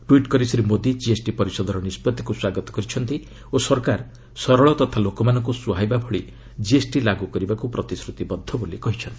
tweet କରି Shri Modi GST ପରିଷଦର ନିଷ୍କଭିକୁ ସ୍ୱାଗତ କରିଛନ୍ତି ଓ ସରକାର ସରଳ ତଥା ଲୋକମାନଙ୍କୁ ସୁହାଇବା ଭଳି ଜିଏସ୍ଟି ଲାଗୁ କରିବାକୁ ପ୍ରତିଶ୍ରତିବଦ୍ଧ ବୋଲି କହିଛନ୍ତି